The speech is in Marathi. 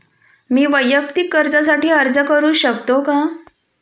मी वैयक्तिक कर्जासाठी अर्ज करू शकतो का?